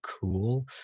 cool